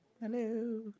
Hello